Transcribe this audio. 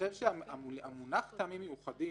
המונח "מטעמים מיוחדים"